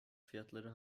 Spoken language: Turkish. fiyatları